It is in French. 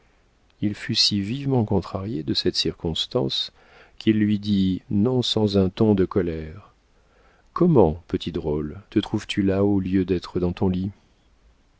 il fut si vivement contrarié de cette circonstance qu'il lui dit non sans un ton de colère comment petit drôle te trouves-tu là au lieu d'être dans ton lit